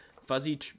fuzzy